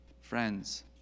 friends